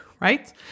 Right